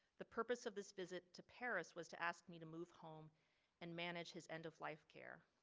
the purpose of this visit to paris was to ask me to move home and manage his end of life care.